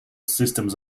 systems